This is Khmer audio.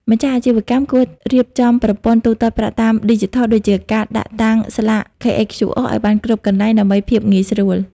ម្ចាស់អាជីវកម្មគួររៀបចំប្រព័ន្ធ ទូទាត់ប្រាក់តាមឌីជីថល ដូចជាការដាក់តាំងស្លាក KHQR ឱ្យបានគ្រប់កន្លែង ដើម្បីភាពងាយស្រួល។